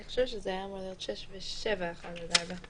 אני חושבת שזה היה אמור להיות 6 ו-7 (1) עד (4).